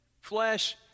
flesh